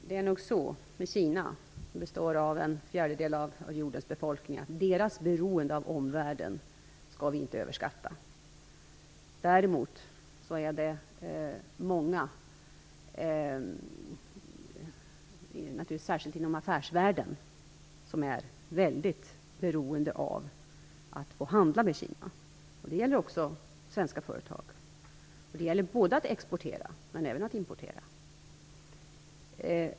Fru talman! Kina består av en fjärdedel av jordens befolkning. Kinas beroende av omvärlden skall inte överskattas. Däremot är det många, särskilt inom affärsvärlden, som är väldigt beroende av handel med Kina. Det gäller också svenska företag, både export och import.